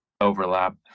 overlap